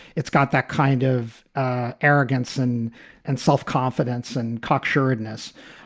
it's got that kind of arrogance and and self-confidence and cocky shrewdness.